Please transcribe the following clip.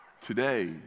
today